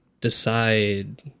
decide